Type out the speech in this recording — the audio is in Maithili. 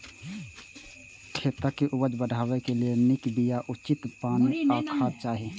खेतक उपज बढ़ेबा लेल नीक बिया, उचित पानि आ खाद चाही